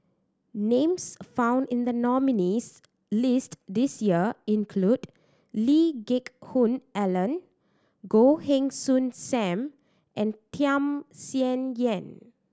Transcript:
names found in the nominees' list this year include Lee Geck Hoon Ellen Goh Heng Soon Sam and Tham Sien Yen